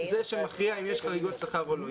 לא אני זה שמכריע אם יש חריגות שכר או לא.